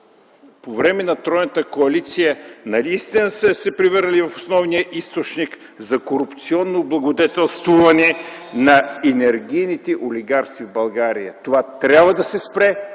по време на тройната коалиция наистина са се превърнали в основния източник за корупционно облагодетелстване на енергийните олигарси в България. Това трябва да се спре,